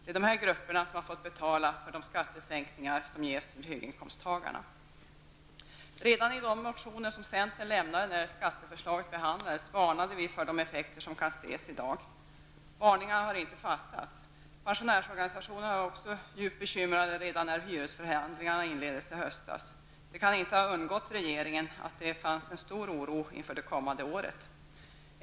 Det är dessa grupper som har fått betala för de skattesänkningar som ges till höginkomsttagarna. Redan i de motioner som centern lämnade när skatteförslaget behandlades varnade vi för de effekter som kan ses i dag. Varningarna har inte beaktats. Pensionärsorganisationerna var djupt bekymrade redan när hyresförhandlingarna inleddes i höstas. Det kan inte ha undgått regeringen att det fanns stor oro inför det kommande året.